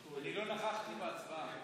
אני לא נכחתי בהצבעה.